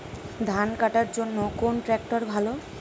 ধান কাটার জন্য কোন ট্রাক্টর ভালো?